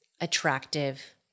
attractive